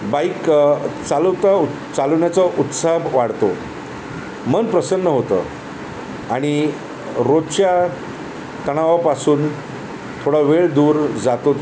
bike चालवता चालवण्याचा उत्साह वाढतो मन प्रसन्न होतं आणि रोजच्या तणावपासून थोडा वेळ दूर जातो